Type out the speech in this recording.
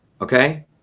Okay